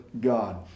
God